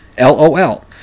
LOL